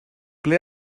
ble